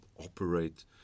operate